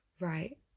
right